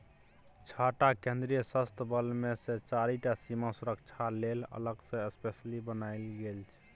छअ टा केंद्रीय सशस्त्र बल मे सँ चारि टा सीमा सुरक्षा लेल अलग सँ स्पेसली बनाएल गेल छै